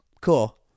cool